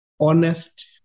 honest